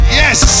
yes